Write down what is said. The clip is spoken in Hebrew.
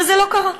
אבל זה לא קרה,